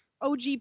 OG